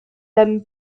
tham